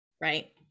right